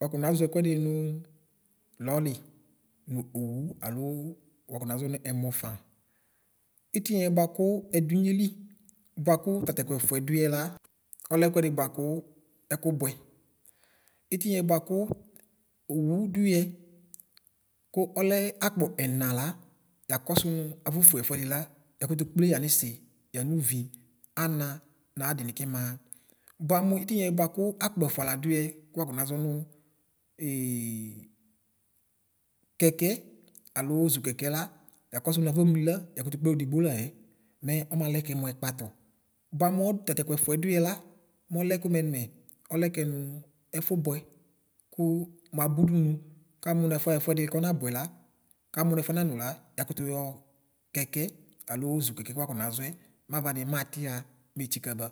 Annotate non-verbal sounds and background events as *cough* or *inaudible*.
Wakɔ nazɔ ɛkʋɛdi uʋ lɔli ωʋ oωʋ alo wakɔ naʒɔ ωʋ ɛmɔ ƒaa ζtiniɛ bʋakʋ ɛdʋ ζnyeli bʋakʋ tatɛkʋ ɛfʋɛ dʋ yɛla ɔlɛ ɛkʋdi bʋakʋ ɛnala yakɔsʋ ωʋ afɔfʋe la yakʋtʋ kple yanisi nʋ yanʋvi ana nadiω kimaɣa bʋamʋ itiniɛ bʋakʋ akpɔ ɛfʋa lafʋyɛ wakɔnaʒɔnʋ *hesitation* kɛkɛ alʋ ʒokɛkɛ la yakɔsʋ ωʋ mʋ afɔmli la yakʋtʋ kple ɔlɔdigbo layɛ mɛ ɔmalɛkɛ mʋ ɛkpatʋ bʋamʋ tatɛkʋ ɛfʋɛ duyɛ la mɔlɛkʋ mɛmɛ ɔlɛkɛ nʋ ɛfʋbʋɛ kʋ mʋ aba ʋdʋnʋ kamʋ nʋ aƒɔxɛƒʋɛdi kɔnabʋɛ la kamʋωʋ ɛfʋɛ nanʋ la yakʋtʋ yɔ kɛkɛ alo ʒokɛkɛ kʋ waƒɔnaʒɔɛ maʋni matixa metsikaba